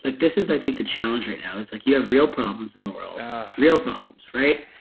this is i think the challenge right now is like you have real problems in the world real problems, right?